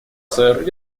сэр